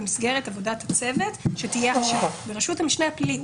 במסגרת עבודת הצוות שתהיה עכשיו ברשות המשנה הפלילי.